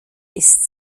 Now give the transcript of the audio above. ist